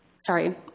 sorry